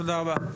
תודה רבה.